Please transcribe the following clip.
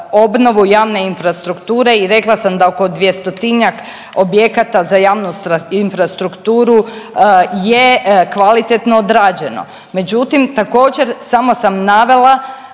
obnovu javne infrastrukture i rekla sam da oko 200-tinjak objekata za javnu infrastrukturu je kvalitetno odrađeno. Međutim, također samo sam navela